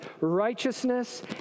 righteousness